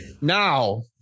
Now